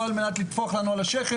לא על מנת לטפוח לנו על השכם,